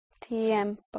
tiempo